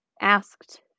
asked